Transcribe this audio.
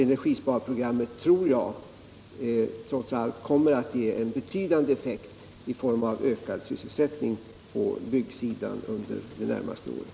Energisparprogrammet tror jag trots allt kommer att ge en betydande effekt i form av ökad sysselsättning på byggområdet under det närmaste året.